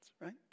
right